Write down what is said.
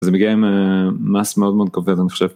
זה מגיע עם מס מאוד מאוד כבד, אני חושב,